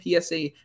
PSA